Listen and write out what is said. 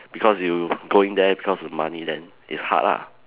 because you going there because of money then it's hard lah